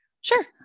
Sure